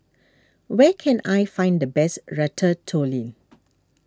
where can I find the best Ratatouille